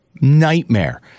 Nightmare